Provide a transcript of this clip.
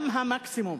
גם המקסימום